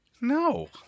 No